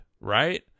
right